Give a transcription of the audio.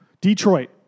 Detroit